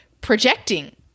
projecting